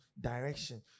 direction